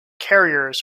carriers